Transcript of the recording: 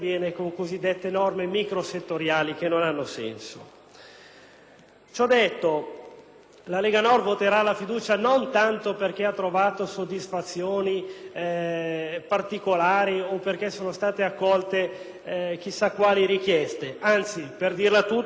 Ciò detto, la Lega Nord voterà la fiducia, non tanto perché ha trovato soddisfazioni particolari o perché siano state accolte chissà quali richieste: anzi, per dirla tutta, di richieste della Lega ne sono state accolte ben poche;